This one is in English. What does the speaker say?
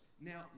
Now